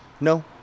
No